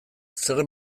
zer